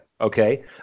Okay